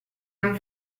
non